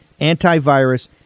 antivirus